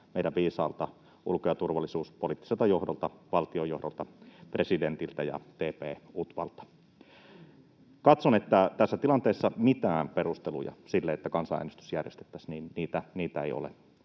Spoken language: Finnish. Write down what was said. meidän viisaalta ulko- ja turvallisuuspoliittiselta johdolta, valtiojohdolta, presidentiltä ja TP-UTVAlta. Katson, että tässä tilanteessa mitään perusteluja sille, että kansanäänestys järjestettäisiin, ei ole.